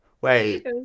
Wait